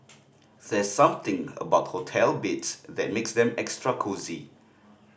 there's something about hotel beds that makes them extra cosy